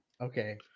Okay